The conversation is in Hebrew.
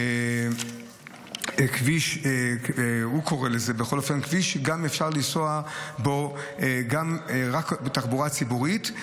כביש שאפשר לנסוע בו רק בתחבורה ציבורית.